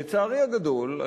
לצערי הגדול,